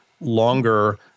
longer